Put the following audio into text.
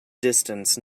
distance